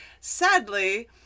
Sadly